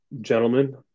gentlemen